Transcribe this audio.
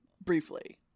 Briefly